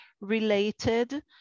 related